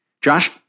Josh